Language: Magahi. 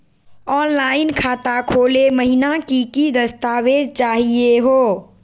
ऑनलाइन खाता खोलै महिना की की दस्तावेज चाहीयो हो?